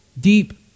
deep